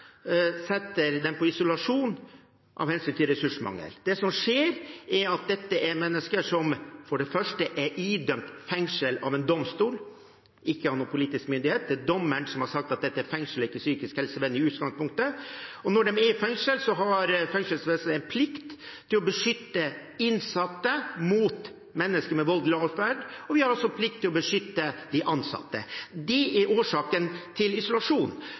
av en politisk myndighet. Det er i utgangspunktet en dommer som har sagt at det skal være fengsel og ikke psykisk helsevern. Når de er i fengsel, har fengselsvesenet en plikt til å beskytte de innsatte mot mennesker med voldelig adferd. Man har også en plikt til å beskytte de ansatte. Det er årsaken til bruk av isolasjon.